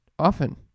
often